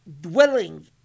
dwelling